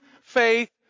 faith